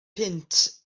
punt